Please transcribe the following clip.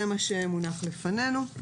זה מה שמונח לפנינו.